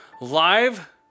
live